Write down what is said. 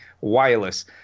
wireless